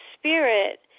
spirit